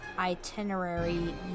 Itinerary